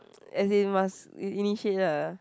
as in must ini~ initiate lah